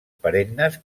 perennes